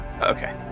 Okay